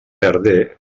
perdé